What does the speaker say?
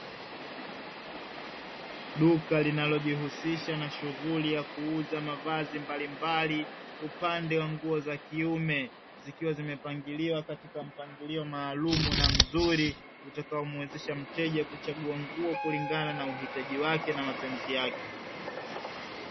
Duka linalojihusisha na shughuli ya kuuza mavazi mbalimbali, upande wa nguo za kiume zikiwa zimepangiliwa katika mpangilio maalumu na mzuri, utakaomwezesha mteja kuchagua nguo kulingana na uhitaji wake na mapenzi yake.